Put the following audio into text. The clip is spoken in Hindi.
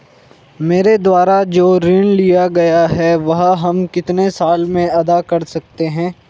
मेरे द्वारा जो ऋण लिया गया है वह हम कितने साल में अदा कर सकते हैं?